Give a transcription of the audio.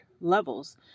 levels